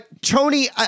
Tony